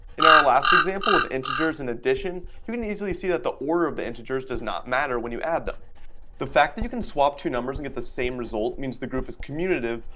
in our last example with integers in addition you can easily see that the order of the integers does not matter when you add them the fact that you can swap two numbers and get the same result means the group is commutative.